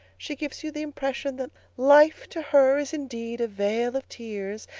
she gives you the impression that life to her is indeed a vale of tears,